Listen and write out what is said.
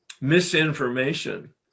misinformation